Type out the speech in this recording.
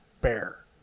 Bear